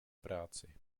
práci